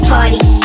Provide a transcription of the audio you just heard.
Party